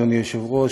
אדוני היושב-ראש,